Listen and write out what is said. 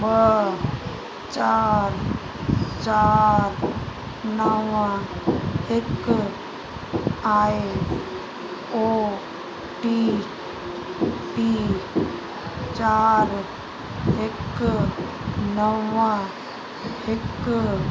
ॿ चारि चारि नव हिकु आहे ओ टी पी चारि हिकु नव हिकु